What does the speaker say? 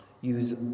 use